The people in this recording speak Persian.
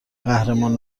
قهرمان